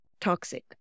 toxic